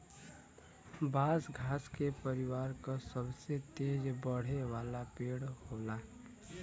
बांस घास के परिवार क सबसे तेज बढ़े वाला पेड़ होला